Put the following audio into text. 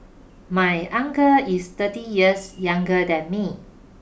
my uncle is thirty years younger than me